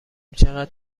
چقدر